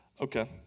Okay